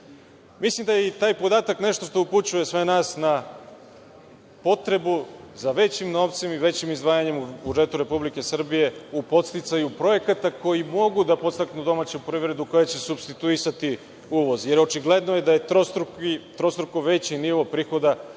dinara. Mislim da je taj podatak nešto što upućuje sve nas na potrebu za većim novcem i većim izdvajanjem u budžetu Republike Srbije u podsticaju projekata koji mogu da podstaknu domaću privredu koja će supstituisati uvoz, jer očigledno da je trostruko veći nivo prihoda